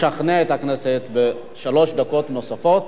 לשכנע את הכנסת, בשלוש דקות נוספות.